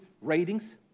ratings